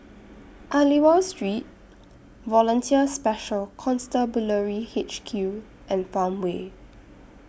Aliwal Street Volunteer Special Constabulary H Q and Farmway